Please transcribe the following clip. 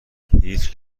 هیچ